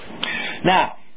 Now